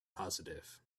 positive